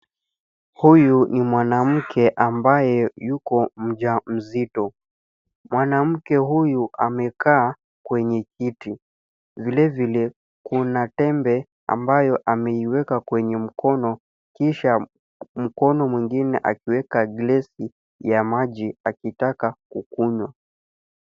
Huyu ni mwanamke ambaye yuko mja mzito. Mwanamke huyu amekaa kwenye kiti. Vilevile kuna tembe ambayo ameiweka kwenye mkono kisha mkono mwingine akiweka gilesi ya maji akitaka kukunywa.